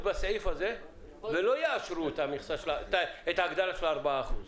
בסעיף הזה ולא יאשרו את ההגדלה של ה-4%.